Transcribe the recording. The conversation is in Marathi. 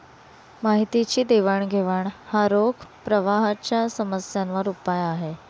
माहितीची देवाणघेवाण हा रोख प्रवाहाच्या समस्यांवर उपाय आहे